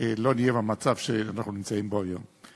לא נהיה במצב שאנחנו נמצאים בו היום.